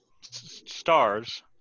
stars